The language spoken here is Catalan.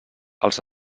els